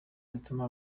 zituma